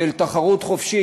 של תחרות חופשית,